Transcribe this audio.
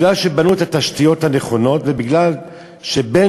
מפני שבנו את התשתיות הנכונות ומפני שבן-תורה,